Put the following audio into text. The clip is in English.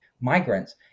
migrants